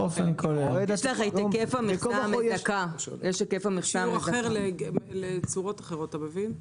אני מבקש להבין מה ההחלטה לגבי סעיף 32(א),